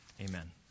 amen